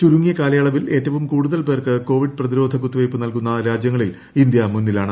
ചുരുങ്ങിയ കാലയളവിൽ ഏറ്റവും കൂടുതൽ പേർക്ക് കോവിഡ് പ്രതിരോധ കുത്തിവെയ്പ് നൽകുന്ന രാജ്യങ്ങളിൽ ഇന്ത്യ മുന്നിലാണ്